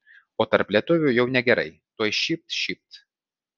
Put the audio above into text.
o tarp lietuvių jau negerai tuoj šypt šypt